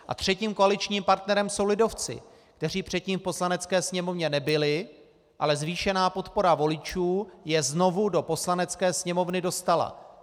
A třetím koaličním partnerem jsou lidovci, kteří předtím v Poslanecké sněmovně nebyli, ale zvýšená podpora voličů je znovu do Poslanecké sněmovny dostala.